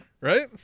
Right